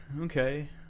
okay